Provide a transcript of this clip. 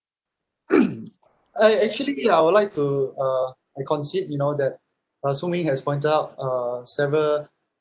I actually I would like to uh I concede you know that uh su ming has pointed out uh several